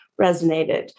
resonated